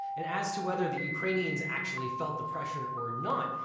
and as to whether the ukrainians actually felt the pressure or not,